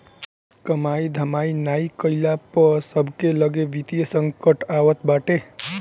कमाई धमाई नाइ कईला पअ सबके लगे वित्तीय संकट आवत बाटे